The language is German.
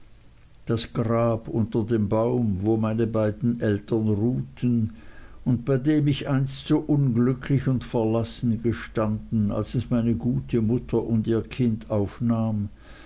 das grab unter dem baum wo meine beiden eltern ruhten und bei dem ich einst so unglücklich und verlassen gestanden als es meine gute mutter und ihr kind aufnahm